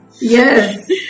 yes